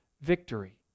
victory